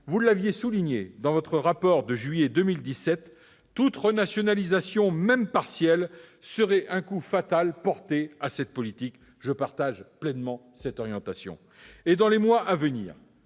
Vous l'aviez souligné dans votre rapport de juillet 2017, toute renationalisation, même partielle, serait un coup fatal porté à cette politique- je partage pleinement cette orientation. Dans les mois à venir,